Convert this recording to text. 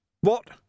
What